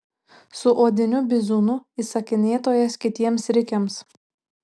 su odiniu bizūnu įsakinėtojas kitiems rikiams